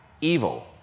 evil